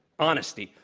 honesty,